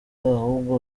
ahubwo